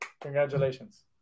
Congratulations